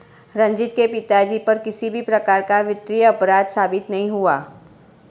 रंजीत के पिताजी पर किसी भी प्रकार का वित्तीय अपराध साबित नहीं हुआ